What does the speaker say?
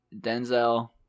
Denzel